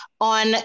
on